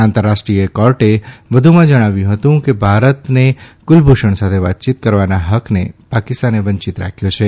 આંતરરાષ્ટ્રીય કોર્ટે વધુમાં જણાવ્યું હતું કે ભારતને કુલભૂષણ સાથે વાતચીત કરવાના હક્કને પાકિસ્તાને વંચીત રાખ્યો છે